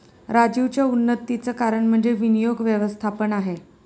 राजीवच्या उन्नतीचं कारण म्हणजे विनियोग व्यवस्थापन आहे